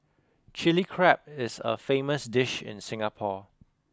chilli crab is a famous dish in Singapore